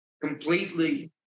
completely